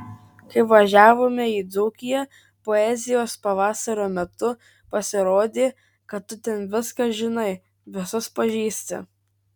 kai važiavome į dzūkiją poezijos pavasario metu pasirodė kad tu ten viską žinai visus pažįsti